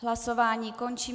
Hlasování končím.